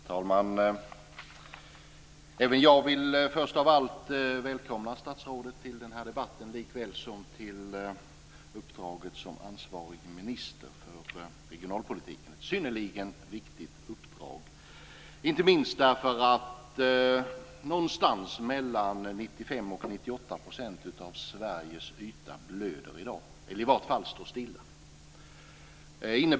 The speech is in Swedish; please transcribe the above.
Herr talman! Även jag vill först av allt välkomna statsrådet till den här debatten likaväl som till uppdraget som ansvarig minister för regionalpolitiken. Det är ett synnerligen viktigt uppdrag, inte minst därför att någonstans mellan 95 och 98 % av Sveriges yta i dag blöder eller i vart fall inte har en positiv utveckling.